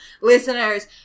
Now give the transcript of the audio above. Listeners